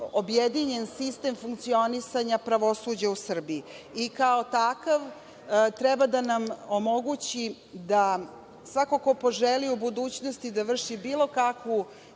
objedinjen sistem funkcionisanja pravosuđa u Srbiji i kao takav treba da nam omogući da svako ko poželi u budućnosti da vrši bilo kakvu